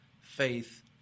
faith